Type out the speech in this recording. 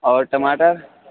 اور ٹماٹر